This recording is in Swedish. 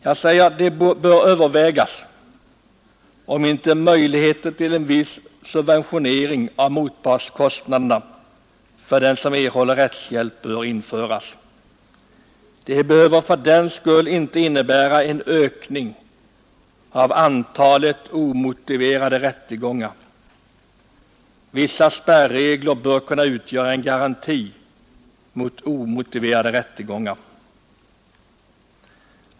Det bör därför övervägas om inte möjligheter till en viss subventionering av motpartskostnaderna bör införas för dem som erhåller rättshjälp. Detta behöver inte medföra en ökning av antalet omotiverade rättegångar. Vissa spärregler bör kunna utgöra en garanti mot omotiverade rättegångar.